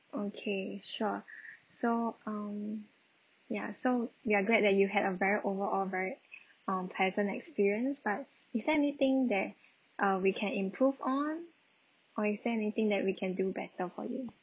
okay sure so um ya so we are great that you had a very overall very um pleasant experience but is there anything that uh we can improve on or is there anything that we can do better for you